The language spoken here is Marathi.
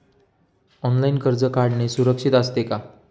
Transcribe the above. ऑनलाइन कर्ज काढणे सुरक्षित असते का?